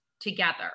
together